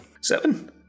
Seven